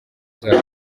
zacu